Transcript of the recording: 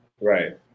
Right